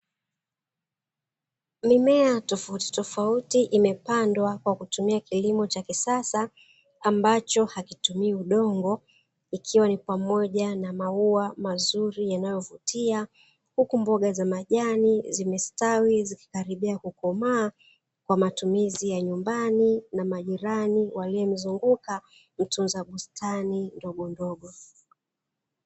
Mimea tofauti imepandwa kwa kutumia kilimo cha kisasa ambacho hakitumii udongo, ikiwa ni pamoja na maua mazuri yanayovutia, huku mboga za majani zimestawi zikaanza kukomaa, kwa matumizi ya nyumbani na majirani walionizunguka wote wana bustani ndogo.